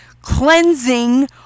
cleansing